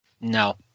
No